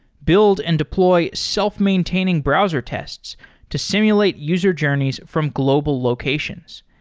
build and deploy self-maintaining browser tests to simulate user journeys from global locations.